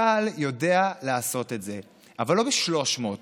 צה"ל יודע לעשות את זה, אבל לא ב-300,